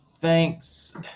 thanks